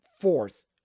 fourth